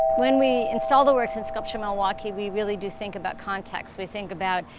when we install the works in sculpture milwaukee, we really do think about context. we think about,